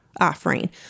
offering